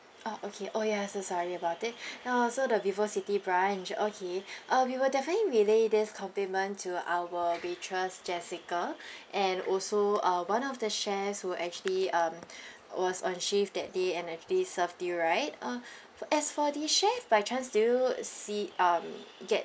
ah okay oh ya so sorry about it uh so the vivocity branch okay uh we will definitely relay this compliment to our waitress jessica and also uh one of the chefs who actually um was on shift that day and actually served you right uh as for the chef by chance do you see um get